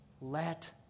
Let